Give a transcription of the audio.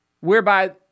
whereby